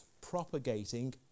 propagating